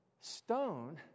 stone